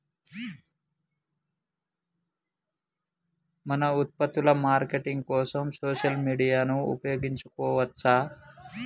మన ఉత్పత్తుల మార్కెటింగ్ కోసం సోషల్ మీడియాను ఉపయోగించవచ్చా?